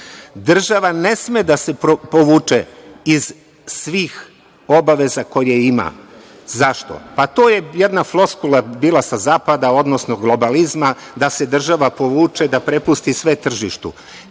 ne sme da se povuče iz svih obaveza koje ima. Zašto? To je jedna floskula bila sa zapada, odnosno globalizma, da se država povuče, da prepusti sve tržištu.